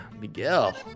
Miguel